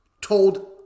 told